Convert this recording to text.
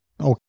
Okay